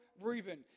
Reuben